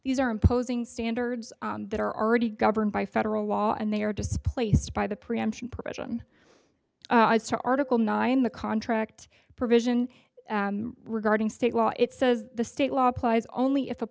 these are imposing standards that are already governed by federal law and they are displaced by the preemption provision to article nine the contract provision regarding state law it says the state law applies only if a